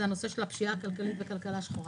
הנושא של הפשיעה הכלכלית וכלכלה שחורה.